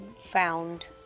found